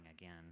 again